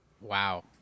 Wow